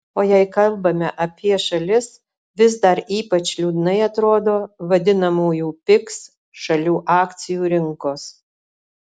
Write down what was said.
o jei kalbame apie šalis vis dar ypač liūdnai atrodo vadinamųjų pigs šalių akcijų rinkos